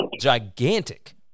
gigantic